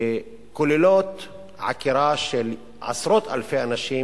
שכוללות עקירה של עשרות אלפי אנשים